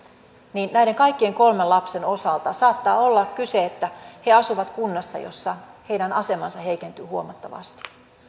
niin näiden kaikkien kolmen lapsen osalta saattaa olla kyseessä että he asuvat kunnassa jossa heidän asemansa heikentyy huomattavasti